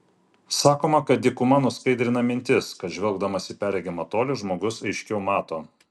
sakoma kad dykuma nuskaidrina mintis kad žvelgdamas į perregimą tolį žmogus aiškiau mato